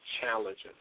challenges